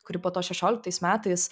kuri po to šešioliktais metais